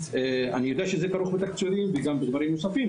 אני יודע שזה כרוך בתקציבים וגם בדברים נוספים,